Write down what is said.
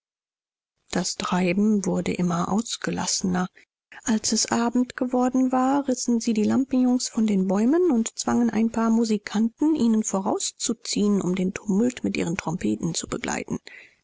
das treiben wurde immer ausgelassener als es abend geworden war rissen sie die lampions von den bäumen und zwangen ein paar musikanten ihnen vorauszuziehen um den tumult mit ihren trompeten zu begleiten